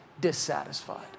dissatisfied